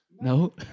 no